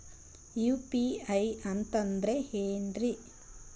UPI ಅಂತಂದ್ರೆ ಏನ್ರೀ?